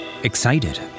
Excited